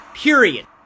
period